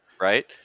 Right